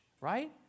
right